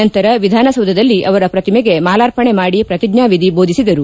ನಂತರ ವಿಧಾನಸೌಧದಲ್ಲಿ ಅವರ ಪ್ರತಿಮೆಗೆ ಮಾಲಾರ್ಪಣೆ ಮಾಡಿ ಪ್ರತಿಜ್ಲಾ ವಿಧಿ ಬೋಧಿಸಿದರು